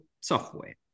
software